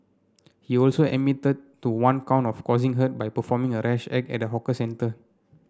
he also admitted to one count of causing hurt by performing a rash act at a hawker centre